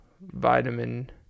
vitamin